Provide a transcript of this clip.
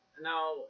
Now